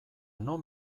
non